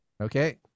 Okay